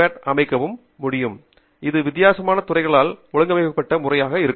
Texmaker இல் இது வித்தியாசமான துறைகளால் ஒழுங்கமைக்கப்பட்ட முறையில் இருக்கும்